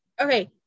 Okay